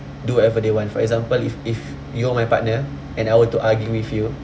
do whatever they want for example if if you're my partner and I were to argue with you